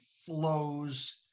flows